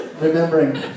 remembering